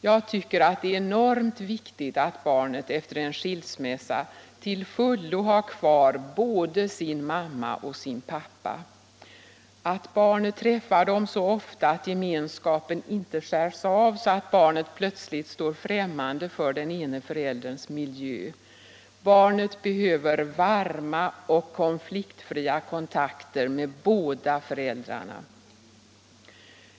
Jag tycker det är enormt viktigt att barnet efter en skilsmässa till fullo har kvar både sin mamma och sin pappa, att barnet träffar dem så ofta att gemenskapen inte skärs av, så att barnet plötsligt står främmande för den ena förälderns miljö. Barnet behöver varma och konfliktfria kontakter med båda föräldrarna.